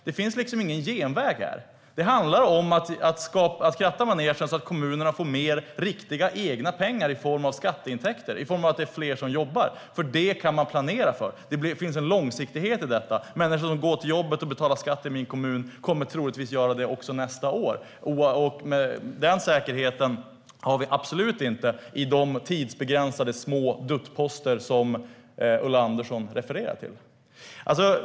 Det finns ingen genväg. Det handlar om att kratta manegen så att kommunerna får mer pengar i skatteintäkter genom att fler jobbar. Då kan de planera eftersom det finns en långsiktighet i det. Människor som går till jobbet och betalar skatt i en kommun kommer troligtvis att göra det också nästa år. Den säkerheten finns absolut inte i de tidsbegränsade små duttposter som Ulla Andersson refererar till.